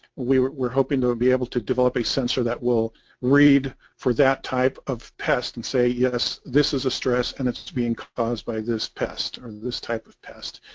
we were hoping to be able to develop a sensor that will read for that type of pests and say yes this is a stress and it's it's being caused by this pest, or this type of pest,